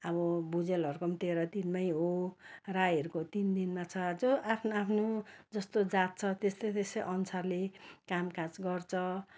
अब भुजेलहरूको तेह्र दिनमै हो राईहरूको तिन दिनमा छ अझ आफ्नो आफ्नो जस्तो जात छ त्यस्तै त्यस्तै अनुसारले कामकाज गर्छ